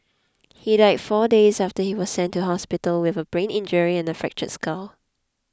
he died four days after he was sent to hospital with a brain injury and the fractured skull